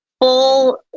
full